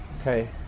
Okay